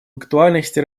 актуальности